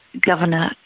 governor